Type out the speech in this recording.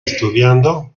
estudiando